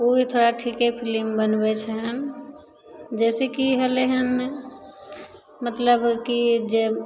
ओ भी थोड़ा ठिके फिलिम बनबै छै हँ जइसेकि होलै हँ मतलब कि जे